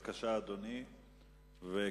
אדוני, בבקשה.